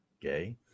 gay